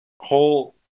whole